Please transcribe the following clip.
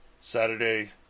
Saturday